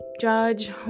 judge